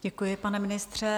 Děkuji, pane ministře.